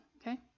okay